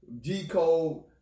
G-code